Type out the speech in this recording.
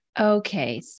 Okay